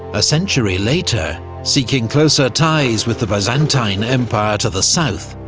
a century later, seeking closer ties with the byzantine empire to the south,